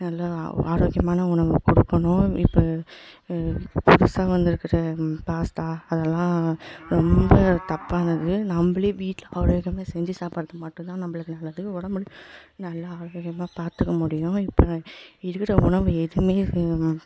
நல்ல ஆரோக்கியமான உணவு கொடுக்கணும் இப்போ புதுசாக வந்திருக்குற பாஸ்தா அதெல்லாம் ரொம்ப தப்பானது நம்மளே வீட்டில் ஆரோக்யமாக செஞ்சு சாப்பிட்றது மட்டுந்தான் நம்மளுக்கு நல்லது உடம்பு நல்ல ஆரோகியம்மாக பார்த்துக்க முடியும் இப்போ இருக்கிற உணவு எதுவுமே